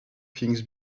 things